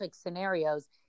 scenarios